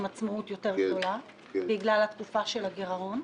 עצמאות יותר גדולה בגלל התקופה של הגירעון.